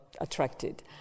attracted